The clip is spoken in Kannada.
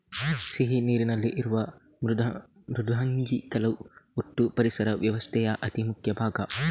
ಸಿಹಿ ನೀರಿನಲ್ಲಿ ಇರುವ ಮೃದ್ವಂಗಿಗಳು ಒಟ್ಟೂ ಪರಿಸರ ವ್ಯವಸ್ಥೆಯ ಅತಿ ಮುಖ್ಯ ಭಾಗ